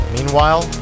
Meanwhile